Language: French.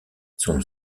son